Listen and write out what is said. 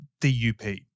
DUP